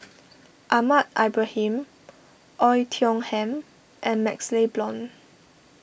Ahmad Ibrahim Oei Tiong Ham and MaxLe Blond